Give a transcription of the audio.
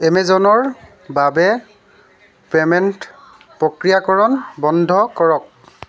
এমেজনৰ বাবে পে'মেণ্ট প্ৰক্ৰিয়াকৰণ বন্ধ কৰক